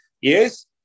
Yes